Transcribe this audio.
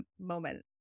moment